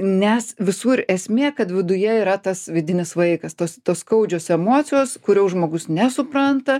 nes visur esmė kad viduje yra tas vidinis vaikas tos tos skaudžios emocijos kurių žmogus nesupranta